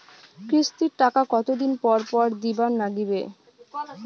কিস্তির টাকা কতোদিন পর পর দিবার নাগিবে?